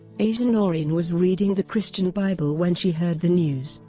asia noreen was reading the christian bible when she heard the news,